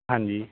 ਹਾਂਜੀ